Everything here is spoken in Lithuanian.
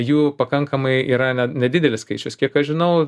jų pakankamai yra ne nedidelis skaičius kiek aš žinau